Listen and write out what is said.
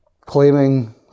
Claiming